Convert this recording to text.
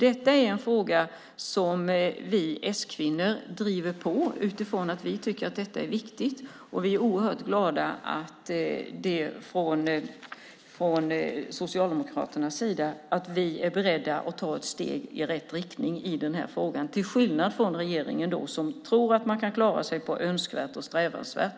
Det är en fråga som vi s-kvinnor driver på. Vi tycker att detta är viktigt. Vi är oerhört glada över att Socialdemokraterna är beredda att ta ett steg i rätt riktning i den här frågan till skillnad från regeringen som tror att man kan klara sig med önskvärt och eftersträvansvärt.